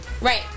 Right